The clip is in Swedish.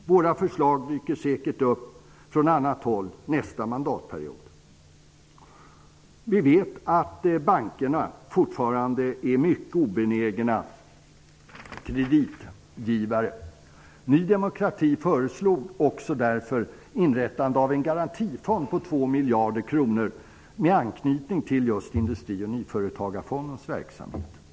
Våra förslag dyker säkert upp på annat håll under nästa mandatperiod. Vi vet att bankerna fortfarande är mycket obenägna kreditgivare. Ny demokrati föreslog också därför att en garatifond på 2 miljarder skulle inrättas med anknytning till just Industri och nyföretagarfondens verksamhet.